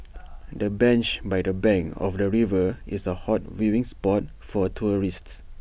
the bench by the bank of the river is A hot viewing spot for tourists